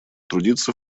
трудиться